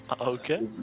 Okay